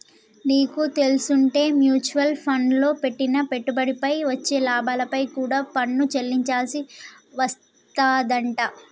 నీకు తెల్సుంటే మ్యూచవల్ ఫండ్లల్లో పెట్టిన పెట్టుబడిపై వచ్చే లాభాలపై కూడా పన్ను చెల్లించాల్సి వత్తదంట